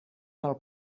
pel